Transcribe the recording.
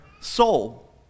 soul